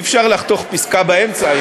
אי-אפשר לחתוך פסקה באמצע,